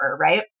right